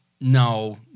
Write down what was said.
no